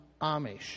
Amish